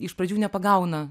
iš pradžių nepagauna